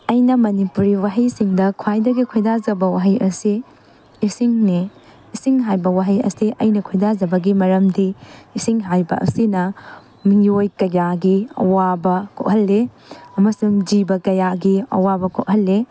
ꯑꯩꯅ ꯃꯅꯤꯄꯨꯔꯤ ꯋꯥꯍꯩꯁꯤꯡꯗ ꯈ꯭ꯋꯥꯏꯗꯒꯤ ꯈꯣꯏꯗꯥꯖꯕ ꯋꯥꯍꯩ ꯑꯁꯤ ꯏꯁꯤꯡꯅꯤ ꯏꯁꯤꯡ ꯍꯥꯏꯕ ꯋꯥꯍꯩ ꯑꯁꯤ ꯑꯩꯅ ꯈꯣꯏꯗꯥꯖꯕꯒꯤ ꯃꯔꯝꯗꯤ ꯏꯁꯤꯡ ꯍꯥꯏꯕ ꯑꯁꯤꯅ ꯃꯤꯑꯣꯏ ꯀꯌꯥꯒꯤ ꯑꯋꯥꯕ ꯀꯣꯛꯍꯜꯂꯤ ꯑꯃꯁꯨꯡ ꯖꯤꯕ ꯀꯌꯥꯒꯤ ꯑꯋꯥꯕ ꯀꯣꯛꯍꯜꯂꯤ